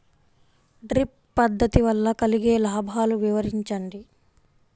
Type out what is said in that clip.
Drip పద్దతి వల్ల కలిగే లాభాలు వివరించండి?